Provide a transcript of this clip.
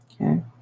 Okay